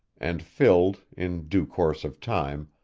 and filled, in due course of time,